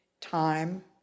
time